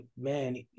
man